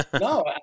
No